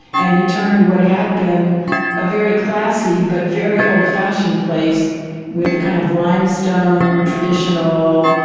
and he turned what had been a very classy but very old-fashioned place with a kind of limestone, traditional,